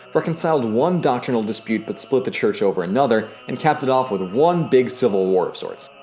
reconciled one doctrinal dispute but split the church over another and capped it off with one big civil war of sorts.